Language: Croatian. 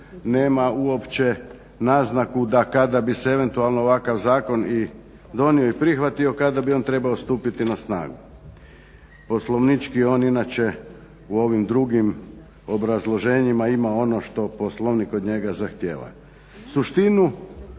nema uopće naznaku da kada bi se eventualno ovakav zakon i donio i prihvatio kada bi on trebao stupiti na snagu, poslovnički on inače u ovim drugim obrazloženjima ima ono što poslovnik od njega zahtjeva.